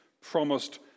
promised